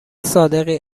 صادقی